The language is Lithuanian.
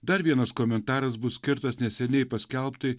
dar vienas komentaras bus skirtas neseniai paskelbtai